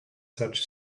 such